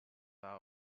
are